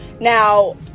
Now